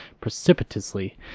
precipitously